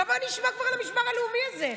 כמה כבר נשמע על המשמר הלאומי הזה?